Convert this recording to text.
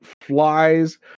flies